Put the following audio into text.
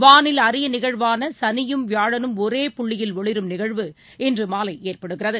வானில் அரியநிகழ்வானசனியும் வியாழனும் ஒரே புள்ளியில் ஒளிரும் நிகழ்வு இன்றுமாலைஏற்படுகிறது